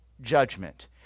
judgment